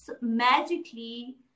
magically